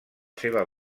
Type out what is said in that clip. seva